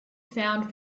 sound